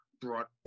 brought